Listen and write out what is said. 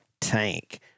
tank